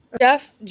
Jeff